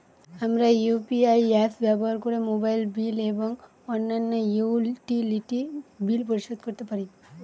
আমরা UPI apps ব্যবহার করে মোবাইল বিল এবং অন্যান্য ইউটিলিটি বিল পরিশোধ করতে পারি